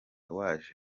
waje